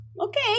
Okay